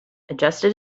adjusted